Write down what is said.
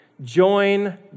join